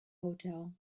hotel